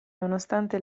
nonostante